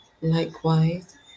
Likewise